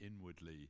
inwardly